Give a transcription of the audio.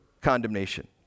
condemnation